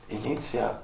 inizia